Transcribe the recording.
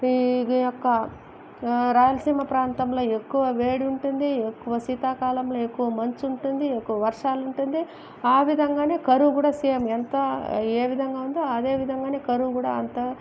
ఇది యొక్క రాయలసీమ ప్రాంతంలో ఎక్కువ వేడి ఉంటుంది ఎక్కువ శీతాకాలంలో ఎక్కువ మంచు ఉంటుంది ఎక్కువ వర్షాలు ఉంటుంది ఆ విధంగానే కరువు కూడా సేమ్ ఎంత ఏ విధంగా ఉందో అదే విధంగానే కరువు కూడా అంత